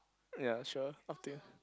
ya sure up to you